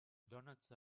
doughnuts